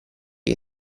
che